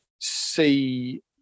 see